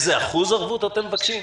איזה אחוז ערבות אתם מבקשים?